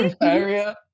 area